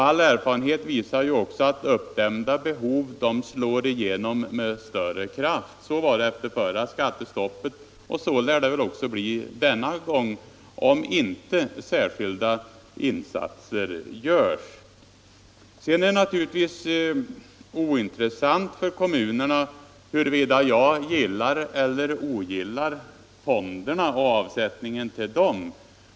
All erfarenhet visar också att uppdämda behov slår igenom med desto större kraft. Så var det efter det förra skattestoppet, och så lär det också bli denna gång, om inte särskilda insatser görs. Vidare är det naturligtvis ointressant för kommunerna huruvida jag gillar eller ogillar fonderna och avsättningen till dem.